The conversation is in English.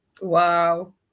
Wow